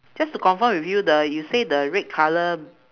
just to confirm with you the you say the red colour